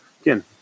again